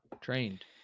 trained